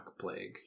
plague